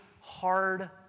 hard